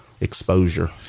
exposure